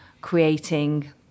creating